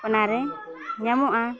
ᱚᱱᱟᱨᱮ ᱧᱟᱢᱚᱜᱼᱟ